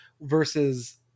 versus